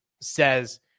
says